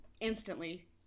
instantly